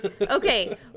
Okay